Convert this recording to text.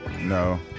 No